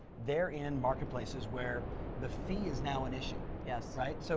they're in marketplaces where the fee is now an issue. yes. right? so